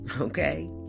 Okay